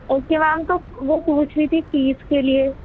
okay ma'am تو وہ پوچھ رہی تھی فیس کے لیے